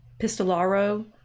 Pistolaro